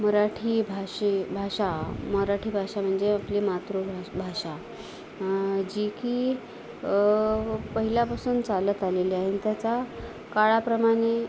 मराठी भाषे भाषा मराठी भाषा म्हणजे आपली मातृभाषा भाषा जी की पहिल्यापासून चालत आलेली आहे आणि त्याचा काळाप्रमाणे